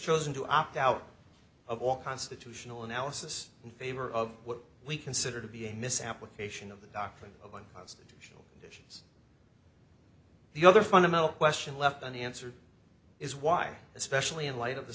chosen to opt out of all constitutional analysis in favor of what we consider to be a misapplication of the doctrine of one constitution the other fundamental question left unanswered is why especially in light of the